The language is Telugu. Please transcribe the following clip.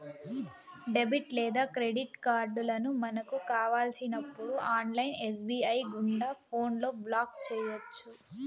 డెబిట్ లేదా క్రెడిట్ కార్డులను మనకు కావలసినప్పుడు ఆన్లైన్ ఎస్.బి.ఐ గుండా ఫోన్లో బ్లాక్ చేయొచ్చు